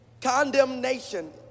condemnation